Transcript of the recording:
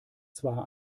zwar